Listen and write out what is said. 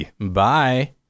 bye